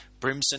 Brimson